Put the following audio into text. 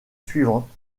suivante